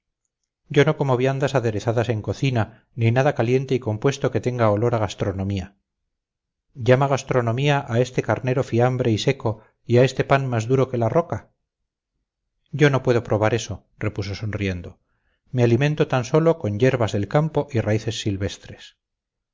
yo no como viandas aderezadas en cocina ni nada caliente y compuesto que tenga olor a gastronomía llama gastronomía a este carnero fiambre y seco y a este pan más duro que la roca yo no puedo probar eso repuso sonriendo me alimento tan sólo con yerbas del campo y raíces silvestres